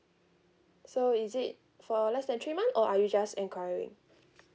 so is it for less than three months or are you just enquiring